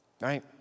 right